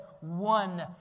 one